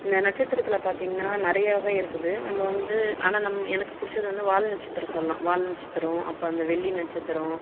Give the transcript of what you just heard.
இந்த நட்சத்திரத்தில் பார்த்தீங்கன்னா நிறைய வகை இருக்குது நம்ம வந்து ஆனால் நம் எனக்கு பிடிச்சது வந்து வால் நட்சத்திரம் சொல்லாம் வால் நட்சத்திரம் அப்போ அந்த வெள்ளி நட்சத்திரம்